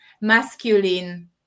masculine